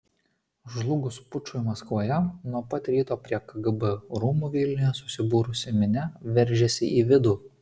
žlugus pučui maskvoje nuo pat ryto prie kgb rūmų vilniuje susibūrusi minia veržėsi į vidų